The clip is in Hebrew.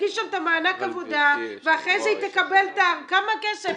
ותגיש את הבקשה, ותקבל את הכמה כסף?